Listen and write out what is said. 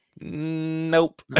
Nope